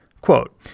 Quote